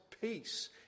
peace